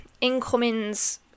incoming's